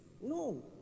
No